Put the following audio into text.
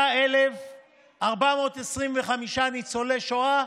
196,425 ניצולי שואה,